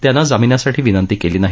त्यानं जामीनासाठी विनंती केली नाही